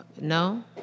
No